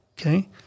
Okay